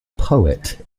poet